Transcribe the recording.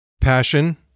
Passion